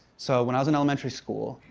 so, when i was in elementary school,